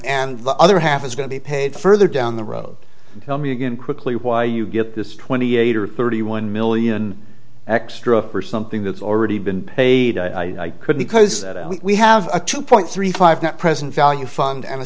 and the other half is going to be paid further down the road tell me again quickly why you get this twenty eight or thirty one million extra for something that's already been paid i could because we have a two point three five net present value fund and a